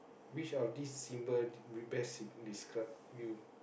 which of this symbol did best seeing describe you